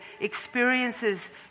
experiences